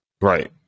Right